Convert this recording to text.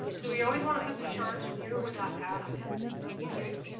so we always wanna put the charge near where that atom is.